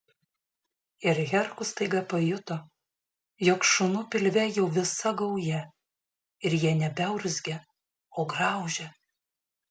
ir herkus staiga pajuto jog šunų pilve jau visa gauja ir jie nebeurzgia o graužia